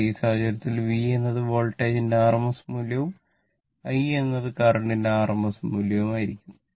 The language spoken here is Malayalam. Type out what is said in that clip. പക്ഷേ ഈ സാഹചര്യത്തിൽ V എന്നത് വോൾട്ടേജിന്റെ RMS മൂല്യവും I എന്നത് കറന്റ് ന്റെ RMS മൂല്യവുമായിരിക്കണം